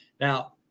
Now